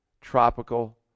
tropical